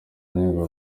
nyungwe